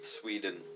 Sweden